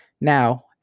Now